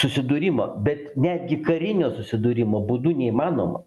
susidūrimo bet netgi karinio susidūrimo būdu neįmanoma